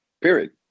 Period